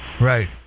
Right